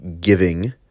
giving